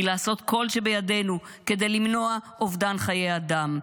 לעשות כל שבידנו כדי למנוע אובדן חיי אדם.